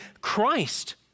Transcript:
Christ